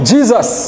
Jesus